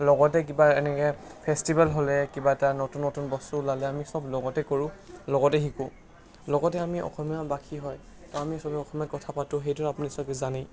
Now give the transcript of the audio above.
লগতে কিবা এনেকৈ ফেষ্টিভেল হ'লে কিবা এটা নতুন নতুন বস্তু ওলালে আমি সব লগতে কৰোঁ লগতে শিকোঁ লগতে আমি অসমীয়াবাসী হৈ তো আমি সবে অসমীয়াত কথা পাতোঁ সেইটো আপোনালোকে সবেই জানেই